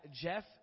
Jeff